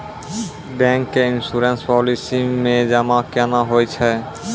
Bank के insurance policy मे जमा केना होय छै?